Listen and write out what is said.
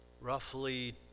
roughly